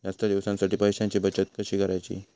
जास्त दिवसांसाठी पैशांची बचत कशी करायची?